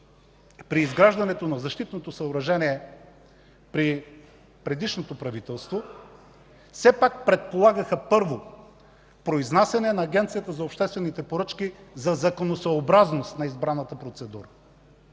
при изграждане на защитното съоръжение при предишното правителство, все пак предполагаха: първо, произнасяне на Агенцията за обществените поръчки за законосъобразност на избраната процедура;